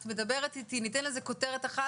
את מדברת איתי ניתן לזה כותרת אחת